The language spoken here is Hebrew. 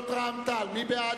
רע"ם-תע"ל, מי בעד?